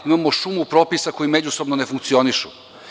Imamo šumu propisa koji međusobno ne funkcionišu.